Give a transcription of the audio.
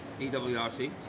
EWRC